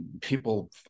people